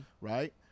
right